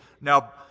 now